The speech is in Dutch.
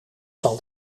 zal